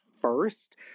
first